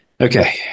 Okay